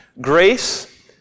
Grace